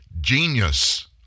genius